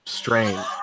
strange